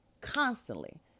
constantly